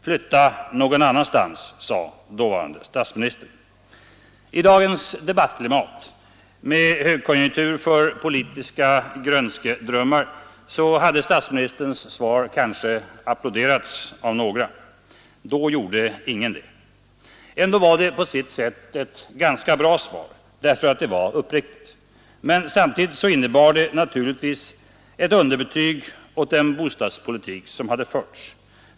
Flytta någon annanstans, sade dåvarande statsministern. I dagens debattklimat, med högkonjunktur för politiska ”grönskedrömmar” hade statsministerns svar kanske applåderats av några. Då applåderade ingen. Ändå var det på sitt sätt ett ganska bra svar, därför att det var uppriktigt. Men samtidigt innebar det naturligtvis ett underbetyg åt den bostadspolitik som hade förts.